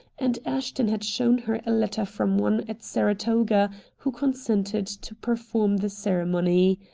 and ashton had shown her a letter from one at saratoga who consented to perform the ceremony.